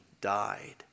died